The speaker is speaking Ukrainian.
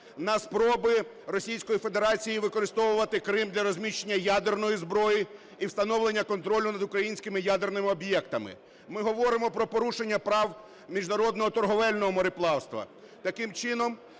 на спроби Російської Федерації використовувати Крим для розміщення ядерної зброї і встановлення контролю над українськими ядерними об'єктами. Ми говоримо про порушення прав міжнародного торговельного мореплавства.